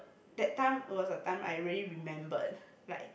that time was the time I really remember like